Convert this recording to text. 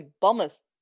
Bombers